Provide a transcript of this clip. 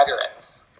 veterans